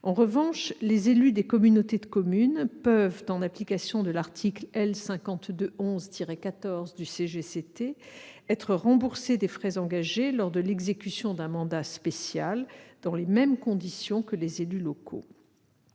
En revanche, les élus des communautés de communes peuvent, en application de l'article L. 5211-14 du CGCT, être remboursés des frais engagés lors de l'exécution d'un mandat spécial, dans les mêmes conditions que les élus municipaux.